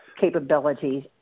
capabilities